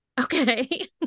Okay